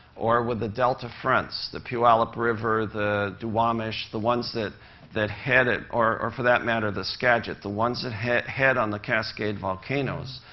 or with the delta fronts the puyallup river, the duwamish the ones that that head or or for that matter, the skagit the ones that head head on the cascade volcanoes.